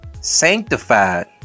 sanctified